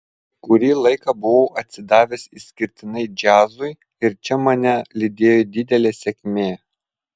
kurį laiką buvau atsidavęs išskirtinai džiazui ir čia mane lydėjo didelė sėkmė